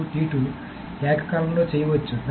మరియు ఏకకాలంలో చేయవచ్చు